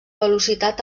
velocitat